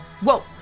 Whoa